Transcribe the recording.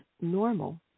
normal